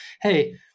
hey